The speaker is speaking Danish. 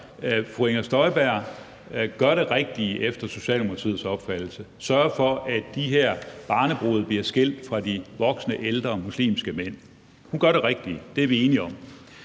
Fru Inger Støjberg gør efter Socialdemokratiets opfattelse det rigtige. Hun sørger for, at de her barnebrude bliver adskilt fra de ældre muslimske mænd. Hun gør det rigtige – det er vi enige om.